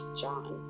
John